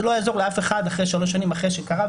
זה לא יעזור לאף אחד אחרי שלוש שנים, אחרי שקרה.